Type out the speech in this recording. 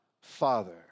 Father